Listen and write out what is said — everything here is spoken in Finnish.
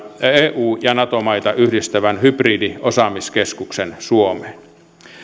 eu ja nato maita yhdistävän hybridiosaamiskeskuksen suomeen